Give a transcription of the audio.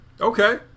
Okay